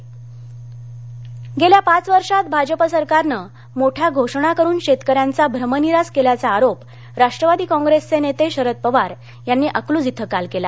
पवार सोलापर अहमदनगर गेल्या पाच वर्षात भाजप सरकारनं मोठमोठ्या घोषणा करून शेतकऱ्यांचा भ्रमनिरास केल्याचा आरोप राष्ट्रवादीचे कॉप्रेसचे नेते शरद पवार यांनी अकलूज इथं काल केला